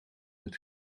het